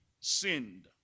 sinned